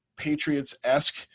Patriots-esque